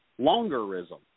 longerism